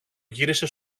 γύρισε